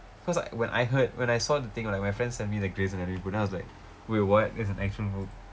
cause like when I heard when I saw the thing like my friend send me the grey's anatomy book then I was like wait what grey's anatomy it's an actual book